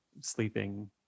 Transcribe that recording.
sleeping